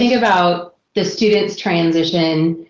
about the students' transition,